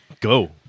go